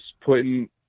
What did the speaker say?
putting